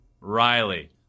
Riley